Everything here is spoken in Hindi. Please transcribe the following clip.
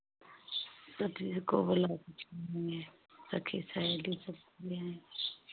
को बुला दीजिए सखी सहेली सबको ले आएँगे